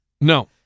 No